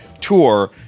tour